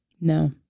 No